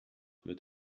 wird